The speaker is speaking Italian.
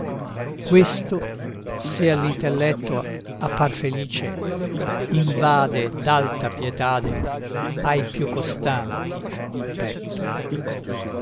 questo se all'intelletto appar felice invade d'alta pietade ai più costanti il petto